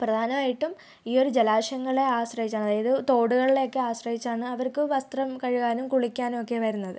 പ്രധാനമായിട്ടും ഈ ഒരു ജലാശയങ്ങളെ ആശ്രയിച്ചാണ് അതായത് തോടുകളെ ഒക്കെ ആശ്രയിച്ചാണ് അവർക്ക് വസ്ത്രം കഴുകാനും കുളിക്കാനും ഒക്കെ വരുന്നത്